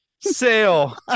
Sale